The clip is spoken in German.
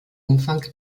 umfang